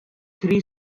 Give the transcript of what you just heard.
three